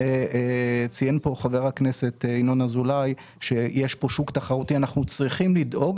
ציין כאן חבר הכנסת ינון אזולאי שיש כאן שוק תחרותי ואנחנו צריכים לדאוג